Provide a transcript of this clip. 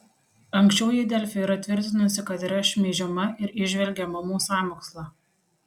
anksčiau ji delfi yra tvirtinusi kad yra šmeižiama ir įžvelgė mamų sąmokslą